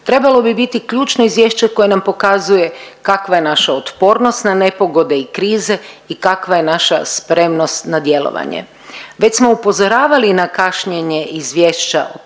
trebalo bi biti ključno izvješće koje nam pokazuje kakva je naša otpornost na nepogode i krize i kakva je naša spremnost na djelovanje. Već smo upozoravali na kašnjenje izvješća,